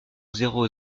zéro